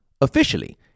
Officially